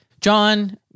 John